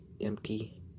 empty